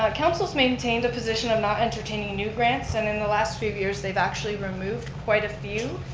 ah council's maintained a position of not entertaining new grants. and in the last few years, they've actually removed quite a few.